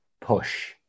push